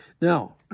Now